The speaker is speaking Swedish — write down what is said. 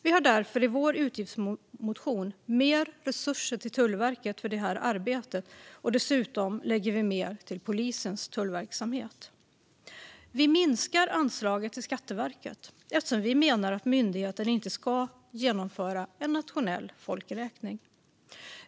Vi har därför i vår utgiftsområdesmotion mer resurser till Tullverket för detta arbete. Dessutom lägger vi mer till polisens tullverksamhet. Vi minskar anslaget till Skatteverket eftersom vi menar att myndigheten inte ska genomföra en nationell folkräkning.